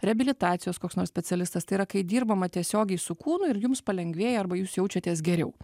reabilitacijos koks nors specialistas tai yra kai dirbama tiesiogiai su kūnu ir jums palengvėja arba jūs jaučiatės geriau